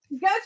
Go